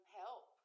help